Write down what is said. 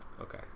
Okay